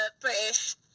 British